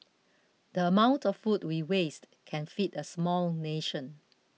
the amount of food we waste can feed a small nation